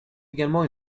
également